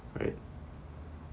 right